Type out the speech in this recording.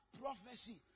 prophecy